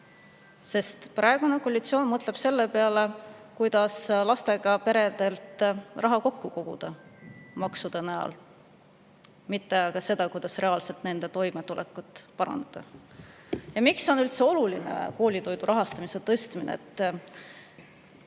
Praegune koalitsioon mõtleb selle peale, kuidas lastega peredelt raha maksude näol kokku koguda, mitte aga seda, kuidas reaalselt nende toimetulekut parandada. Miks on üldse oluline koolitoidu rahastamise tõstmine?